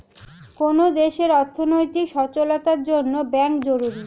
কোন দেশের অর্থনৈতিক সচলতার জন্যে ব্যাঙ্ক জরুরি